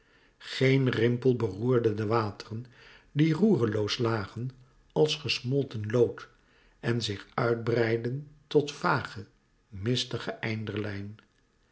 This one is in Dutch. geen rimpel beroerde de wateren die roereloos lagen als gesmolten lood en zich uit breidden tot vage mistige